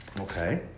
Okay